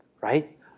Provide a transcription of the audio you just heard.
Right